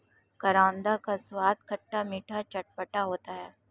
करौंदा का स्वाद खट्टा मीठा चटपटा होता है